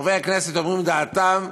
חברי הכנסת אומרים את דעתם,